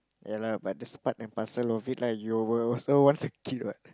ya lah but that's part and parcel of it lah you will also want a kid what